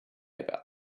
about